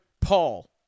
Paul